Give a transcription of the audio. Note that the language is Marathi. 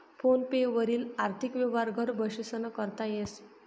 फोन पे वरी आर्थिक यवहार घर बशीसन करता येस